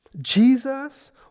Jesus